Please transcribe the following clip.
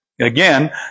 again